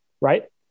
Right